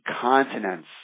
continents